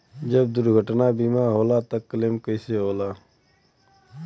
जब दुर्घटना बीमा होला त क्लेम कईसे होला?